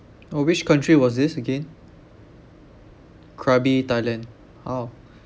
oh which country was this again krabi thailand oh